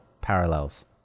parallels